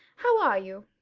how are you?